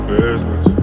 business